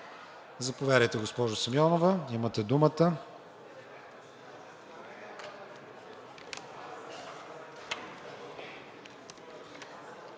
Заповядайте, госпожо Симеонова, имате думата.